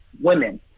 women